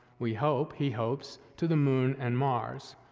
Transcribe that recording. we hope, he hopes, to the moon and mars.